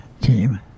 Team